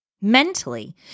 Mentally